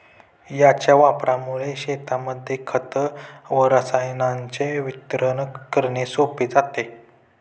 याच्या वापरामुळे शेतांमध्ये खत व रसायनांचे वितरण करणे सोपे जाते